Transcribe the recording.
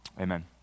Amen